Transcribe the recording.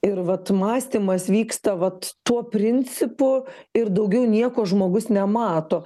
ir vat mąstymas vyksta vat tuo principu ir daugiau nieko žmogus nemato